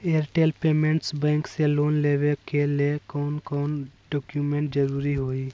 Airtel Payments Bank से loan लेवे के ले कौन कौन डॉक्यूमेंट जरुरी होइ?